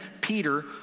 Peter